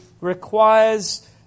requires